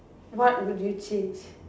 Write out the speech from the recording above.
what would change